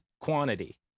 quantity